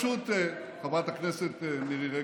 חברת הכנסת מירי רגב,